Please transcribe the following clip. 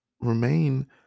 remain